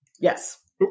Yes